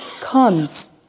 comes